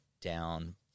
down